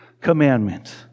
Commandment